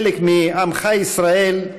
חלק מעמך ישראל,